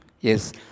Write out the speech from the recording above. Yes